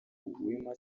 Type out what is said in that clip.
wema